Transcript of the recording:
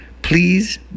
Please